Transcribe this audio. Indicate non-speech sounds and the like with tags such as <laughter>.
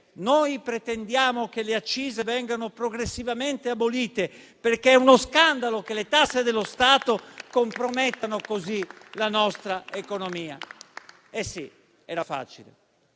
Noi pretendiamo che le accise vengano progressivamente abolite, perché è uno scandalo che le tasse dello Stato compromettano così la nostra economia. <applause>